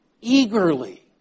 eagerly